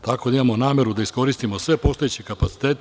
Tako da imamo nameru da iskoristimo sve postojeće kapacitet.